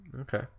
okay